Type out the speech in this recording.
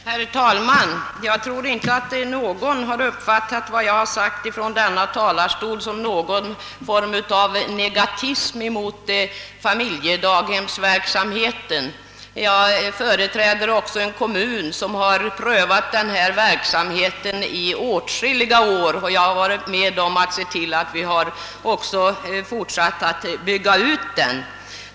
Herr talman! Jag tror inte att någon har uppfattat vad jag sagt från denna talarstol som en form av negativism mot familjedaghemsverksamheten. Jag företräder också en kommun som har prövat denna verksamhet i åtskilliga år, och jag har varit med om att se till att vi även fortsatt att bygga ut verksamheten.